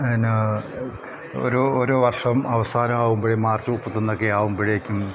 പിന്നെ ഒരു ഓരോ വർഷം അവസാനം ആകുമ്പോൾ മാർച്ച് മുപ്പത്തി ഒന്നൊക്കെ ആവുമ്പോഴെക്കും